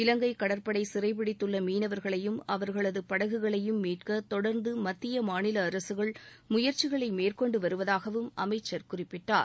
இலங்கை கடற்படை சிறைபிடித்துள்ள மீனவர்களையும் அவர்களது படகுகளையும் மீட்க தொடர்ந்து மத்திய மாநில அரசுகள் முயற்சிகளை மேற்கொண்டு வருவதாகவும் அமைச்சர் குறிப்பிட்டார்